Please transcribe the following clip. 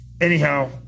anyhow